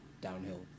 downhill